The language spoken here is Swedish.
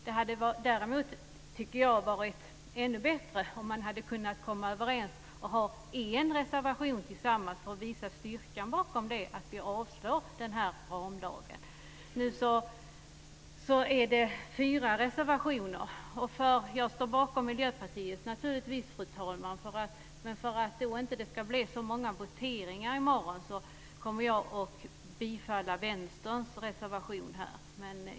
Det hade varit ännu bättre, tycker jag, om man kunnat komma överens om en reservation tillsammans för att visa styrkan bakom att vi vill avslå den här ramlagen. Nu är det fyra reservationer. Jag står naturligtvis bakom Miljöpartiets, fru talman, men för att det inte ska bli så många voteringar i morgon kommer jag att bifalla Vänsterns reservation.